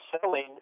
selling